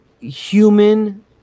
human